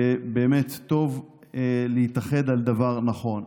באמת טוב להתאחד על דבר נכון.